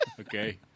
Okay